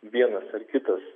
vienas ar kitas